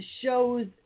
shows